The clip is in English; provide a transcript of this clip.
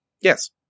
Yes